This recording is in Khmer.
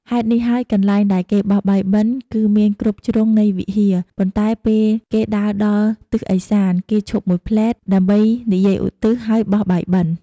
ហេតុនេះហើយកន្លែងដែលគេបោះបាយបិណ្ឌ គឺមានគ្រប់ជ្រុងនៃវិហារ ប៉ុន្តែពេល គេដើរដល់ទិសឦសាន គេឈប់មួយភ្លេត ដើម្បីនិយាយឧទ្ទិស ហើយបោះបាយបិណ្ឌ។